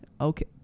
Okay